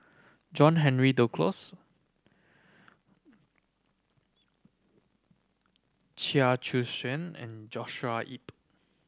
John Henry Duclos Chia Choo Suan and Joshua Ip